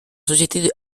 société